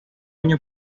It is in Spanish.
año